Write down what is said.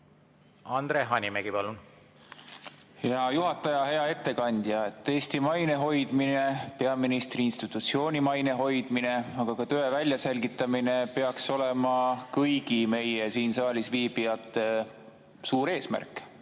Andre Hanimägi, palun! Hea juhataja! Hea ettekandja! Eesti maine hoidmine, peaministri institutsiooni maine hoidmine, aga ka tõe väljaselgitamine peaks olema kõigi meie, siin saalis viibijate suur eesmärk